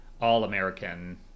all-American